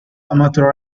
amateur